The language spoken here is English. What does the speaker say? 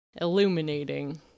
illuminating